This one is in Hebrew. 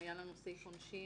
היה לנו סעיף עונשין